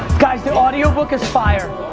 guys the audio book is fire.